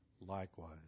likewise